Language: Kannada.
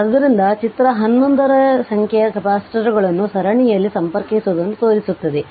ಆದ್ದರಿಂದ ಚಿತ್ರ 11 n ಸಂಖ್ಯೆಯ ಕೆಪಾಸಿಟರ್ಗಳನ್ನು ಸರಣಿಯಲ್ಲಿ ಸಂಪರ್ಕಿಸುವುದನ್ನು ತೋರಿಸುತ್ತದೆ